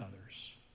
others